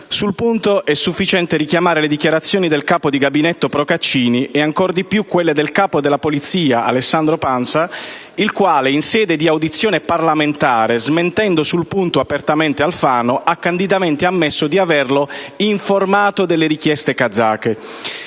Sul punto è sufficiente richiamare le dichiarazioni del capo di gabinetto Procaccini e, ancor di più, quelle del capo della Polizia, Alessandro Pansa, il quale, in sede di audizione parlamentare, smentendo sul punto apertamente Alfano, ha candidamente ammesso di averlo «informato delle richieste kazake».